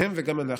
והם, וגם אנחנו,